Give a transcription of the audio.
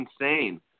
insane